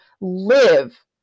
live